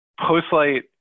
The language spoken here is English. Postlight